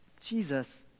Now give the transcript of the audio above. Jesus